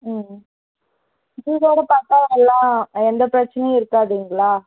ம் வீடோடு பார்த்தா எல்லாம் எந்த பிரச்சினையும் இருக்காதுங்களா